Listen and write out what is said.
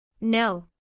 No